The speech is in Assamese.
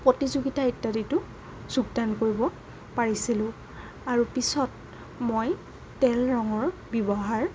প্ৰতিযোগীতা ইত্যাদিতো যোগদান কৰিব পাৰিছিলোঁ আৰু পিছত মই তেল ৰঙৰ ব্যৱহাৰ